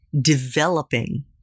developing